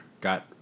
got